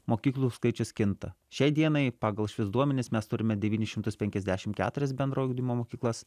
mokyklų skaičius kinta šiai dienai pagal šiuos duomenis mes turime devynis šimtus penkiasdešim keturias bendro ugdymo mokyklas